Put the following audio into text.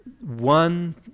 One